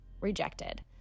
rejected